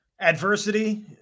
Adversity